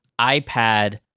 iPad